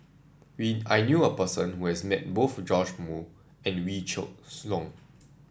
I knew a person who has met both Joash Moo and Wee Shoo Leong